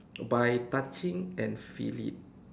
by touching and feel it